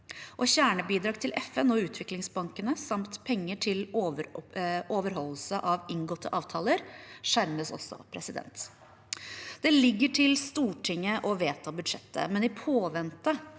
Kjernebidrag til FN og utviklingsbankene samt penger til overholdelse av inngåtte avtaler skjermes også. Det ligger til Stortinget å vedta budsjettet, men i påvente